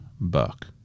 buck